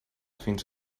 fins